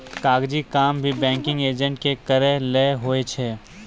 कागजी काम भी बैंकिंग एजेंट के करय लै होय छै